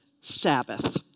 Sabbath